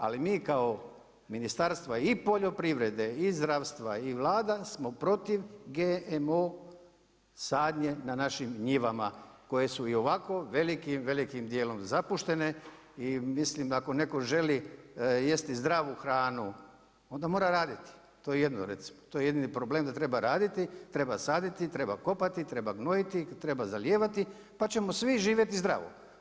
Ali mi kao ministarstva i poljoprivrede, i zdravstva i Vlada smo protiv GMO sadnje na našim njivama koje su i ovako velikim, velikim dijelom zapuštene i mislim ako netko želi jesti zdravu hranu, onda mora raditi, to je jedini problem, da treba raditi, treba saditi, treba kopati, treba gnojiti, treba zalijevati, pa ćemo svi živjeti zdravo.